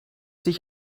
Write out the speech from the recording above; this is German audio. sich